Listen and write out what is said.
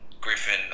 Griffin